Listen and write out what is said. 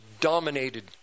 dominated